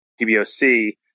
PBOC